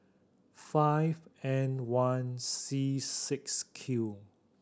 five N one C six Q